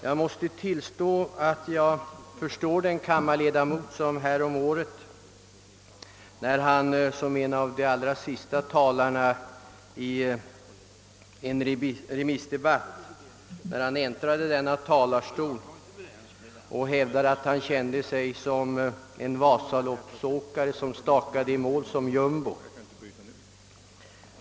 Herr talman! Jag kan förstå den kammarledamot som häromåret, då han som en av de allra sista talarna i en remissdebatt äntrade denna talarstol, hävdade att han kände sig som en Vasaloppsåkare som stakade i mål som jumbo.